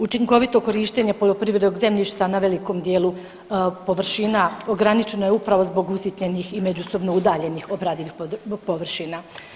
Učinkovito korištenje poljoprivrednog zemljišta na velikom dijelu površina ograničeno je upravo zbog usitnjenih i međusobno udaljenih obradivih površina.